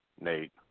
Nate